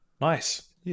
Nice